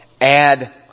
add